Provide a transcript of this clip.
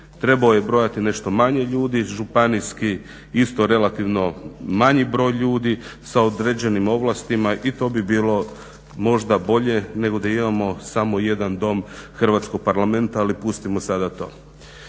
trebao je brojati nešto manje ljudi, županijski isto relativno manji broj ljudi sa određenim ovlastima i to bi bilo možda bolje nego da imamo samo jedan dom Hrvatskog parlamenta. Ali, pustimo sada to.